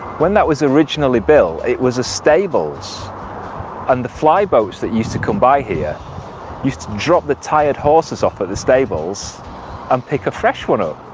when that was originally built it was a stables and the flyboats that used to come by here used to drop the tired horses off at the stables and pick a fresh one up